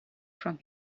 from